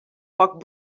poc